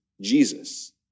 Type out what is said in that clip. Jesus